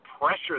pressure